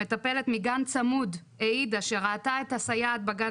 מטפלת מגן צמוד העידה שראתה את הסייעת בגן